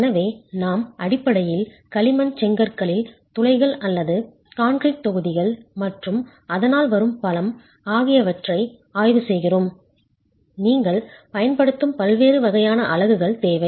எனவே நாம் அடிப்படையில் களிமண் செங்கற்களில் துளைகள் அல்லது கான்கிரீட் தொகுதிகள் மற்றும் அதனால் வரும் பலம் ஆகியவற்றை ஆய்வு செய்கிறோம் நீங்கள் பயன்படுத்தும் பல்வேறு வகையான அலகுகள் தேவை